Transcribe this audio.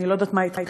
אני לא יודעת מה אתכם.